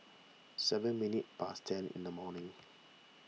seven minutes past ten in the morning